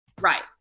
Right